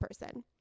person